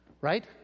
Right